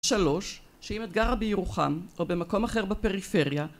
שלוש, שאם את גרה בירוחם או במקום אחר בפריפריה